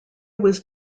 was